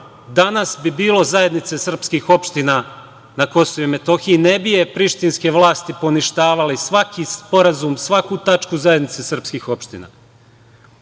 danas bi bilo zajednice srpskih opština na KiM, ne bi je prištinske vlasti poništavale i svaki sporazum i svaku tačku zajednice srpskih opština.